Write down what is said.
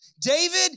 David